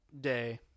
Day